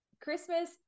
Christmas